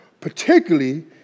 particularly